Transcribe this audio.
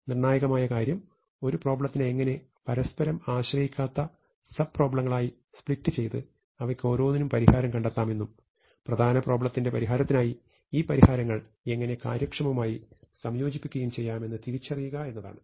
നിർണ്ണായകമായ കാര്യം ഒരു പ്രോബ്ലെത്തിനെ എങ്ങനെ പരസ്പരം ആശ്രയിക്കാത്ത സബ് പ്രോബ്ലെങ്ങളായി സ്പ്ലിറ്റ് ചെയ്ത് അവയ്ക്കോരോന്നിനും പരിഹാരങ്ങൾ കണ്ടെത്താമെന്നും പ്രധാന പ്രോബ്ലെത്തിന്റെ പരിഹാരത്തിനായി ഈ പരിഹാരങ്ങൾ എങ്ങനെ കാര്യക്ഷമമായി സംയോജിപ്പിക്കുകയും ചെയ്യാമെന്ന് തിരിച്ചറിയുക എന്നതാണ്